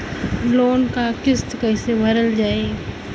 Loan क किस्त कैसे भरल जाए?